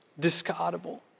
discardable